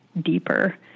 deeper